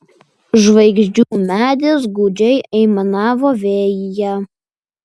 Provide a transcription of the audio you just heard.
žvaigždžių medis gūdžiai aimanavo vėjyje